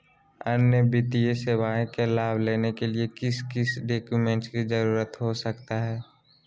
अन्य वित्तीय सेवाओं के लाभ लेने के लिए किस किस डॉक्यूमेंट का जरूरत हो सकता है?